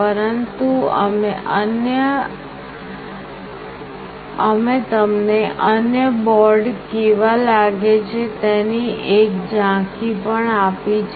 પરંતુ અમે તમને અન્ય બોર્ડ કેવા લાગે છે તેની એક ઝાંખી પણ આપી છે